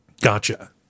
Gotcha